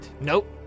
Nope